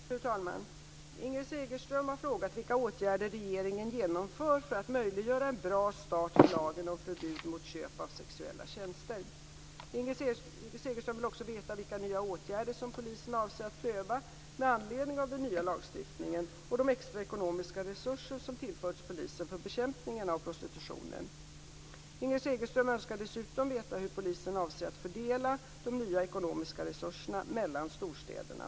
Fru talman! Inger Segelström har frågat vilka åtgärder regeringen genomför för att möjliggöra en bra start för lagen om förbud mot köp av sexuella tjänster. Inger Segelström vill också veta vilka nya åtgärder som polisen avser att pröva med anledning av den nya lagstiftningen och de extra ekonomiska resurser som tillförts polisen för bekämpningen av prostitutionen. Inger Segelström önskar dessutom veta hur polisen avser att fördela de nya ekonomiska resurserna mellan storstäderna.